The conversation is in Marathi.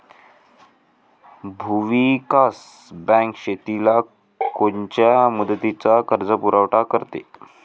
भूविकास बँक शेतीला कोनच्या मुदतीचा कर्जपुरवठा करते?